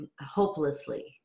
hopelessly